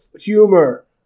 humor